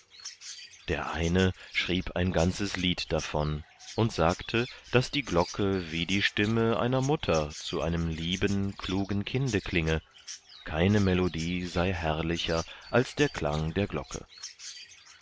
der eine schrieb ein ganzes lied davon und sagte daß die glocke wie die stimme einer mutter zu einem lieben klugen kinde klinge keine melodie sei herrlicher als der klang der glocke